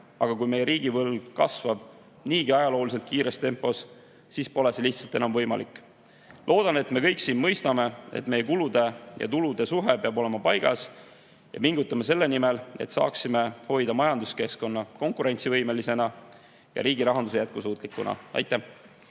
aga kui meie riigivõlg kasvab niigi ajalooliselt kiires tempos, siis pole see lihtsalt enam võimalik. Loodan, et me kõik siin mõistame: meie kulude ja tulude suhe peab olema paigas, ning pingutame selle nimel, et saaksime hoida oma majanduskeskkonna konkurentsivõimelisena ja riigirahanduse jätkusuutlikuna. Aitäh!